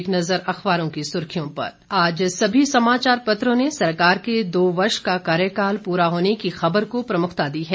एक नज़र अखबारों की सुर्खियों पर आज सभी समाचार पत्रों ने सरकार के दो वर्ष का कार्यकाल पूरा होने की खबर को प्रमुखता दी है